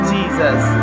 Jesus